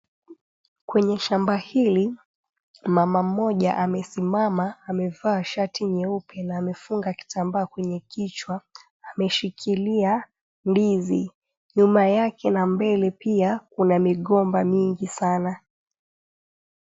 Kwenye shamba hili mama mmoja amesimama amevaa shati nyeupe na amefunga kitambaa kwenye kichwa ameshikilia ndizi. Nyuma yake na mbele pia kuna migomba mingi sana.